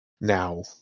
Now